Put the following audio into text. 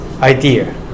idea